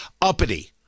uppity